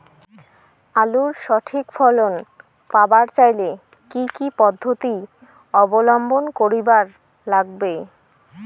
আলুর সঠিক ফলন পাবার চাইলে কি কি পদ্ধতি অবলম্বন করিবার লাগবে?